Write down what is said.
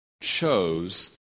chose